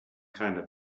kinda